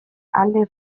alde